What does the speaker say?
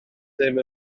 ddim